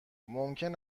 ممکن